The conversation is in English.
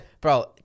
bro